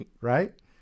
Right